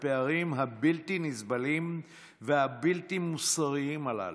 הפערים הבלתי-נסבלים והבלתי-מוסריים הללו.